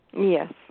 Yes